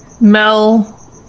Mel